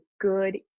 good